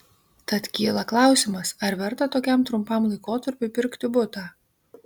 tad kyla klausimas ar verta tokiam trumpam laikotarpiui pirkti butą